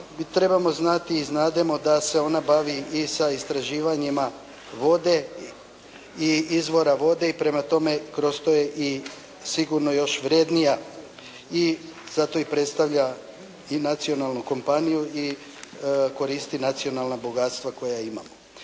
trebamo znati i znademo da se ona bavi i sa istraživanjima vode i izvora vode i prema tome kroz to je i sigurno još vrednija. I zato i predstavlja i nacionalnu kompaniju i koristi nacionalna bogatstva koja imamo.